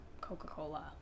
Coca-Cola